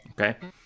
Okay